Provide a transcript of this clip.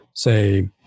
say